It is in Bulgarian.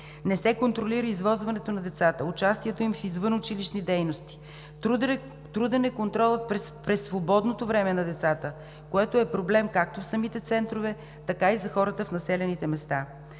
Не се контролира извозването на децата, участието им в извънучилищни дейности, труден е контролът през свободното време на децата, което е проблем, както в самите центрове, така и за хората в населените места.